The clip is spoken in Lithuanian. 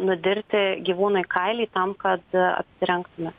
nudirti gyvūnui kailį tam kad apsirengtume